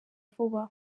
vuba